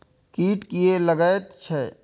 कीट किये लगैत छै?